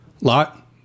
Lot